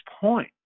point